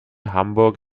hamburg